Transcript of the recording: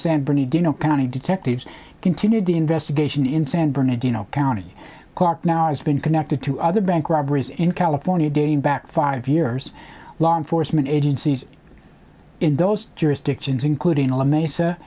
san bernardino county detectives continued the investigation in san bernardino county clark now has been connected to other bank robberies in california dating back five years law enforcement agencies in those jurisdictions including all mesa